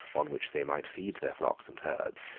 on which they might feed their flocks and herds,